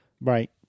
Right